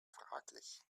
fraglich